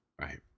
Right